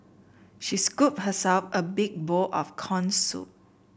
she scooped herself a big bowl of corn soup